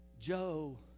Joe